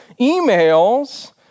Emails